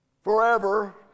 forever